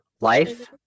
life